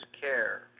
care